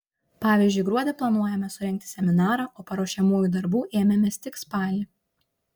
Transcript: pavyzdžiui gruodį planuojame surengti seminarą o paruošiamųjų darbų ėmėmės tik spalį